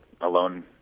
alone